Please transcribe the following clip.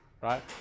right